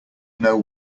know